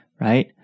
right